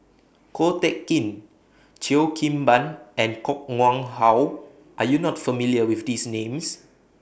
Ko Teck Kin Cheo Kim Ban and Koh Nguang How Are YOU not familiar with These Names